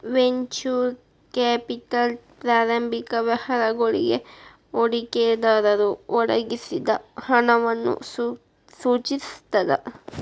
venture capital ಪ್ರಾರಂಭಿಕ ವ್ಯವಹಾರಗಳಿಗಿ ಹೂಡಿಕೆದಾರರು ಒದಗಿಸಿದ ಹಣವನ್ನ ಸೂಚಿಸ್ತದ